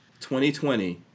2020